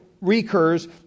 recurs